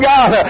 God